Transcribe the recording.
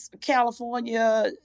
california